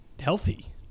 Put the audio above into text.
healthy